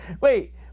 Wait